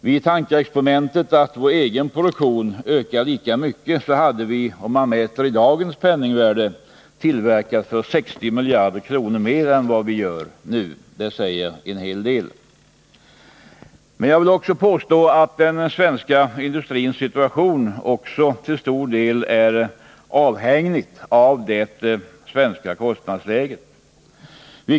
Vid tankeexperimentet att vår egen produktion hade ökat lika mycket, hade vi — mätt i dagens penningvärde -— tillverkat för 60 miljarder kronor mer än vad vi nu gör. Det säger en hel del. Men den svenska industrins situation är också till stor del direkt avhängig det svenska kostnadsläget.